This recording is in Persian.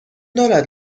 دارد